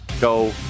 Go